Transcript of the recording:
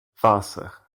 wasser